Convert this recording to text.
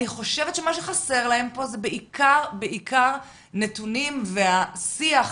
אני חושבת שמה שחסר להם פה זה בעיקר נתונים, והשיח